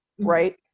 right